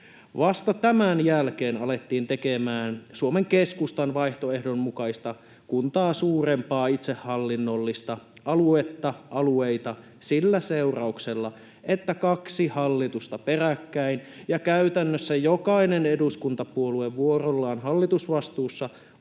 Vasta tämän jälkeen alettiin tekemään Suomen keskustan vaihtoehdon mukaisia kuntaa suurempia itsehallinnollisia alueita sillä seurauksella, että kaksi hallitusta peräkkäin ja käytännössä jokainen eduskuntapuolue vuorollaan hallitusvastuussa